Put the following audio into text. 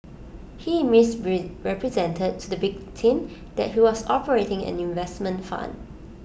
he miss represented to the victim that he was operating an investment fund